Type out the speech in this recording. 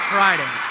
Friday